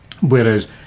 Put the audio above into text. whereas